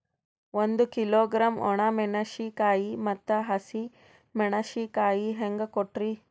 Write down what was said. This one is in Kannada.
ಒಂದ ಕಿಲೋಗ್ರಾಂ, ಒಣ ಮೇಣಶೀಕಾಯಿ ಮತ್ತ ಹಸಿ ಮೇಣಶೀಕಾಯಿ ಹೆಂಗ ಕೊಟ್ರಿ?